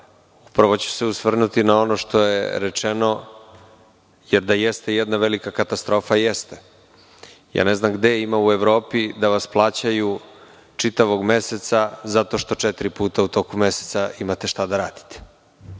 prvo će osvrnuti na ono što je rečeno, jer da jeste jedna velika katastrofa jeste. Ne znam gde ima u Evropi da vas plaćaju čitavog meseca zato što četiri puta u toku meseca imate šta da radite.